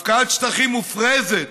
הפקעת שטחים מופרזת